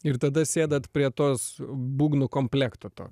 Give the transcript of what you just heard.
ir tada sėdat prie tos būgnų komplekto to